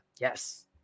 Yes